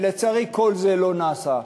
ולצערי, כל זה לא נעשה.